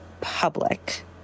public